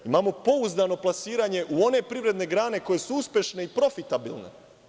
Imamo pouzdano plasiranje u one privredne grane koje su uspešne i profitabilne.